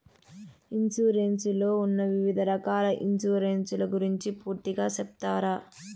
Insurance లో ఉన్న వివిధ రకాల ఇన్సూరెన్సు ల గురించి పూర్తిగా సెప్తారా?